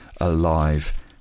alive